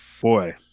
boy